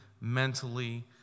mentally